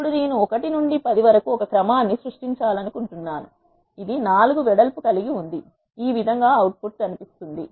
ఇప్పుడు నేను 1 నుండి 10 వరకు ఒక క్రమాన్ని సృష్టించాలనుకుంటున్నాను ఇది 4 వెడల్పు కలిగి ఉంది ఈ విధంగా అవుట్పుట్ కనిపిస్తుంది